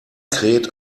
kräht